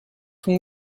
from